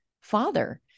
father